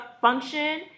function